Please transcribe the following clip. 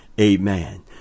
Amen